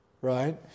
right